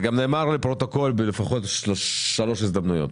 זה גם נאמר לפרוטוקול לפחות בשלוש הזדמנויות.